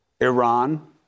Iran